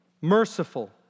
merciful